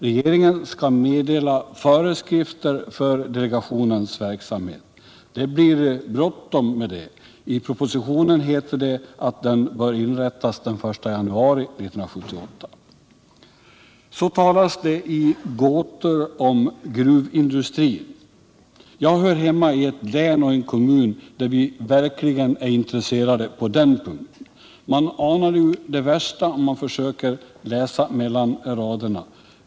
Regeringen skall meddela föreskrifter för delegationens verksamhet. Det börjar bli bråttom med det. I propositionen heter det att den bör inrättas den 1 januari 1978. Så talas det i gåtor om gruvindustrin. Jag hör hemma i ett län och en kommun där vi verkligen är intresserade på den punkten. Man anar det värsta om man försöker läsa mellan raderna.